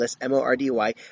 M-O-R-D-Y